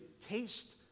taste